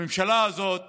הממשלה הזאת